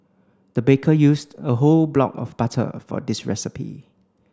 the baker used a whole block of butter for this recipe